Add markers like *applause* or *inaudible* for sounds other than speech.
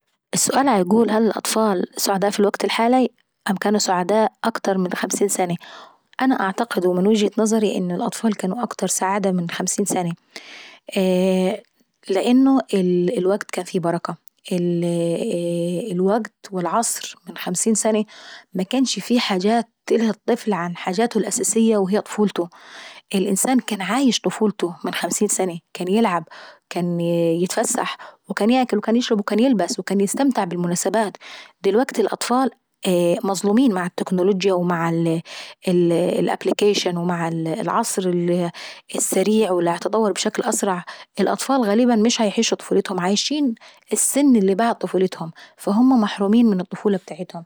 السؤال بيقول هل الأطفال سعداء في الوكت الحالالي؟ ولا كانوا سعداء اكتر من خمسين سنيي؟ انا اعتقد ومن وجهة نظري ان الأطفال كانوا اكتر سعادة من خمسين سني. *hesitation* لان الوكت كان فيه بركة، الوكت والعصر من خمسين سني مكنش في حاجات تلهي الطفل عن اهم حاجاته الاساسية وهي طفولته. الانسان كان عايش طفولته من خمسين سني. كان يلعب كان يتفسح وكان ياكل وكان يشرب وكان يستمتع بالمناسبات. دلوكتي الاطفال مظلومين مع التكنولوجيا والابليكيشن ومع العصر السريع واللي عيتطور بشكل اسرع. الاطفال غالبا مش بيشيعوا طفولتهم عايشين السن اللي بعد طفولتهم فهما محرومين من الطفولة ابتاعتهم.